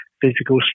physical